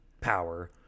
power